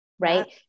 Right